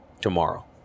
tomorrow